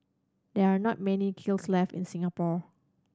there are not many kilns left in Singapore